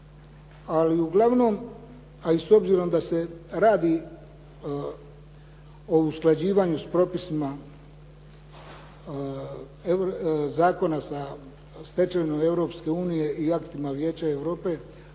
ali uglavnom a i s obzirom da se radi o usklađivanju s propisima zakona sa stečevinom Europske unije i aktima Vijeća Europe